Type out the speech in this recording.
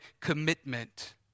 commitment